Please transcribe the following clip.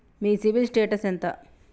మీ CIBIL status ఎంత?